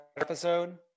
episode